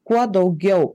kuo daugiau